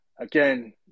again